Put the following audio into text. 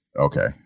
Okay